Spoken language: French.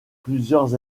plusieurs